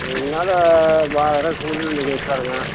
என்னால் வர சூழ்நிலைல இருக்காதுங்க